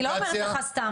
אני לא אומרת לך סתם.